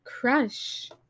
crush